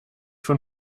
von